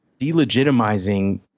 delegitimizing